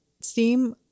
Steam